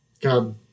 god